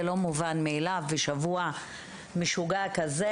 זה לא מובן מאליו בשבוע משוגע כזה,